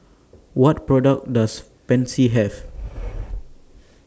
What products Does Pansy Have